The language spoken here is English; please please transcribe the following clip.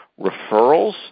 referrals